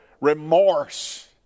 remorse